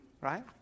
Right